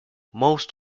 most